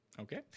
Okay